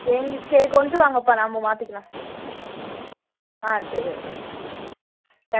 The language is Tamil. சேன்ஞ் சரி கொண்டு வாங்கப்பா நம்ம மாற்றிக்கலாம் ஆ சரி ஓகே